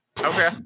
Okay